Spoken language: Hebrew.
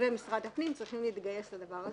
ומשרד הפנים צריכים להתגייס לדבר הזה